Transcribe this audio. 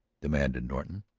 demanded norton.